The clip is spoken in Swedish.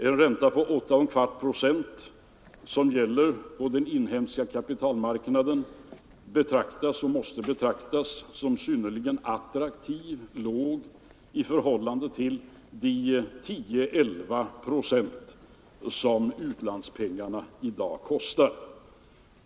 Den ränta på 8 1/4 procent som gäller på den inhemska kapitalmarknaden betraktas — och måste betraktas — som synnerligen låg och attraktiv i förhållande till de 10-11 procent som utlandspengarna i dag kostar.